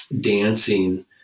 dancing